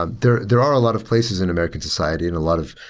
ah there there are a lot of places in american society and a lot of